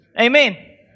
Amen